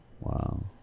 wow